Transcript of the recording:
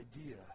idea